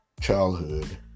childhood